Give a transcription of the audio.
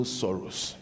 sorrows